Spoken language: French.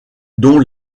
dont